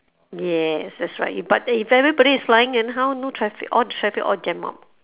yes that's right but if everybody is flying then how no traffic all the traffic all jam up